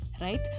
Right